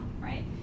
right